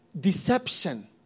deception